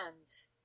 hands